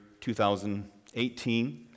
2018